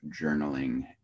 journaling